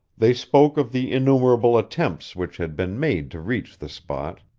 they spoke of the innumerable attempts which had been made to reach the spot,